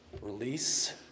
release